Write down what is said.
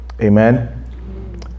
Amen